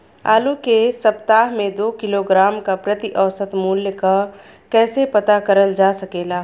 आलू के सप्ताह में दो किलोग्राम क प्रति औसत मूल्य क कैसे पता करल जा सकेला?